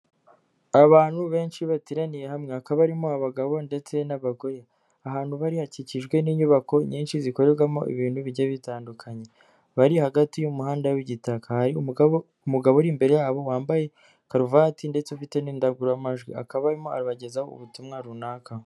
Abantu benshi bateraniye hamwe hakaba barimo abagabo ndetse n'abagore, ahantu bari hakikijwe n'inyubako nyinshi zikorerwamo ibintu bigiye bitandukanye, bari hagati y'umuhanda w'igitaka, hari umugabo uri imbere yabo wambaye karuvati ndetse ufite n'indangururamajwi, akaba arimo arabagezaho ubutumwa runaka.